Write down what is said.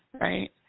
right